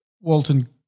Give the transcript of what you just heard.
Walton